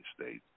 States